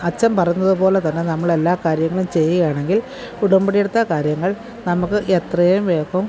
അച്ചന് പറയുന്നതുപോലെ തന്നെ നമ്മളെല്ലാ കാര്യങ്ങളും ചെയ്യുവാണെങ്കിൽ ഉടമ്പടിയെടുത്ത കാര്യങ്ങൾ നമുക്ക് എത്രയും വേഗം